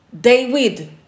David